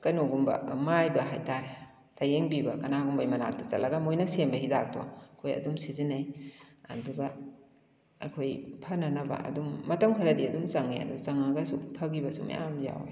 ꯀꯩꯅꯣꯒꯨꯝꯕ ꯃꯥꯏꯕ ꯍꯥꯏꯇꯥꯔꯦ ꯂꯥꯏꯌꯦꯡꯕꯤꯕ ꯀꯅꯥꯒꯨꯝꯕꯒꯤ ꯃꯅꯥꯛꯇ ꯆꯠꯂꯒ ꯃꯣꯏꯅ ꯁꯦꯝꯕ ꯍꯤꯗꯥꯛꯇꯣ ꯑꯩꯈꯣꯏ ꯑꯗꯨꯝ ꯁꯤꯖꯤꯟꯅꯩ ꯑꯗꯨꯒ ꯑꯩꯈꯣꯏ ꯐꯅꯅꯕ ꯑꯗꯨꯝ ꯃꯇꯝ ꯈꯔꯗꯤ ꯑꯗꯨꯝ ꯆꯪꯉꯦ ꯑꯗꯨ ꯆꯪꯂꯒꯁꯨ ꯐꯥꯈꯤꯕꯁꯨ ꯃꯌꯥꯝ ꯌꯥꯎꯑꯦ